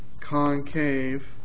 concave